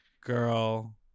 Girl